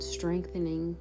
strengthening